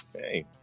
Hey